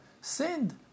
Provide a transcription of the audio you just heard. sinned